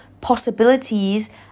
possibilities